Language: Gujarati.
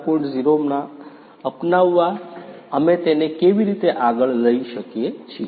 0 માં અપનાવવા અમે તેને કેવી રીતે આગળ લઈ શકીએ છીએ